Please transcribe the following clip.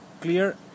clear